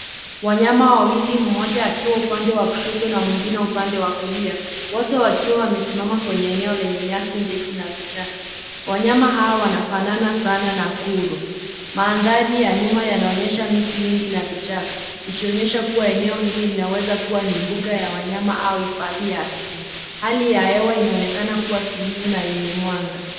Wanyama wawili mmoja akiwa upande wa kushoto na mwingine upande wa kulia, wote wakiwa wamesimama kwenye eneo lenye nyasi ndefu na vichaka. Wanyama hawa wanafanana sana na kuru. Mandhari ya nyuma yanaonyesha miti mingi na vichaka, ikionyesha kuwa eneo hili linaweza kuwa ni mbuga ya wanyama au hifadhi ya asili. Hali ya hewa inaonekana kuwa tulivu na yenye mwanga.